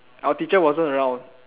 our teacher wasn't around